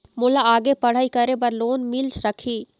मोला आगे पढ़ई करे बर लोन मिल सकही?